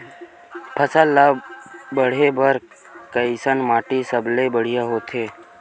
फसल ला बाढ़े बर कैसन माटी सबले बढ़िया होथे?